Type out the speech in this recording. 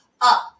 up